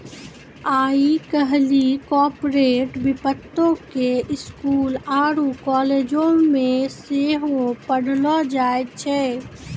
आइ काल्हि कार्पोरेट वित्तो के स्कूलो आरु कालेजो मे सेहो पढ़ैलो जाय छै